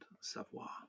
savoir